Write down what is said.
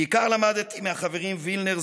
בעיקר למדתי מהחברים וילנר,